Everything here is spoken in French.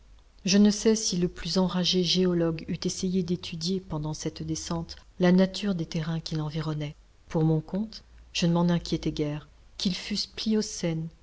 je ne sais si le plus enragé géologue eût essayé d'étudier pendant cette descente la nature des terrains qui l'environnaient pour mon compte je ne m'en inquiétai guère qu'ils fussent